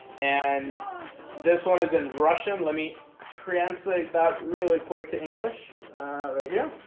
and this one is in russian. let me translate that really quick to english right here.